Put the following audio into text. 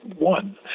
one